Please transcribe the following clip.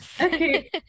Okay